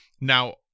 Now